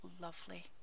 lovely